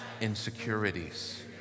insecurities